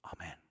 Amen